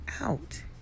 out